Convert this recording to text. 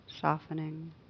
softening